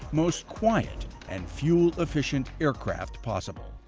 most quiet and fuel-efficient aircraft possible.